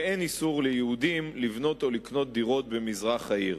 ואין איסור על יהודים לקנות או לבנות דירות במזרח העיר.